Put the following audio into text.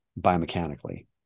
biomechanically